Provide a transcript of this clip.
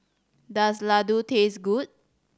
does laddu taste good